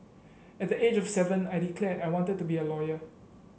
at the age of seven I declared I wanted to be a lawyer